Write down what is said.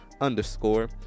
underscore